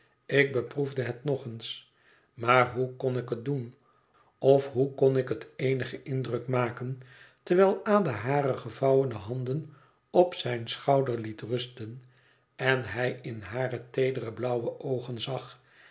ik beproefde het nog eens maar hoe kon ik het doen of hoe kon het eenigen indruk maken terwijl ada hare gevouwene handen op zijn schouder liet rusten en hij in hare teedere blauwe oogen zag